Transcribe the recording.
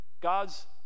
God's